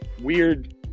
weird